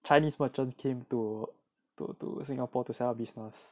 chinese merchant came to to to singapore to sell business